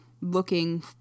looking